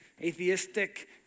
atheistic